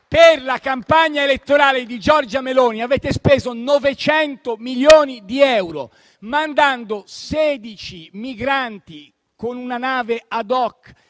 Per la campagna elettorale di Giorgia Meloni avete speso 900 milioni di euro, mandando 16 migranti con una nave *ad hoc*